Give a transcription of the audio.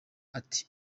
ati